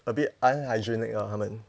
a bit unhygienic ah 他们